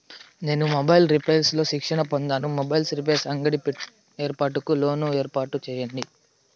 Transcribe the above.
నేను mobiles repairs లో శిక్షణ పొందాను, మొబైల్ రిపైర్స్ అంగడి ఏర్పాటుకు లోను ఏర్పాటు సేయండి?